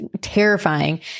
terrifying